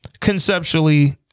conceptually